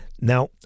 Now